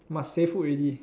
must say food already